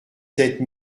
sept